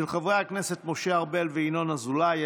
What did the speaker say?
של חברי הכנסת משה ארבל וינון אזולאי.